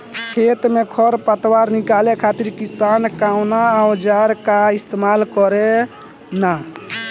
खेत में से खर पतवार निकाले खातिर किसान कउना औजार क इस्तेमाल करे न?